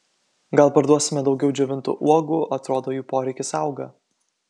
gal parduosime daugiau džiovintų uogų atrodo jų poreikis auga